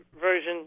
version